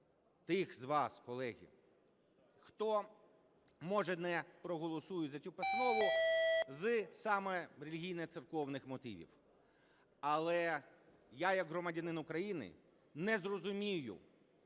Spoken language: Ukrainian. тих із вас, колеги, хто може не проголосує за цю постанову з саме релігійно-церковних мотивів. Але я як громадянин України не зрозумію